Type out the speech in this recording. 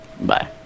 bye